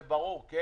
זה ברור, כן?